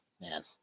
Man